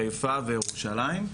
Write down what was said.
חיפה וירושלים.